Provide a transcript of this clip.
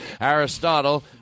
Aristotle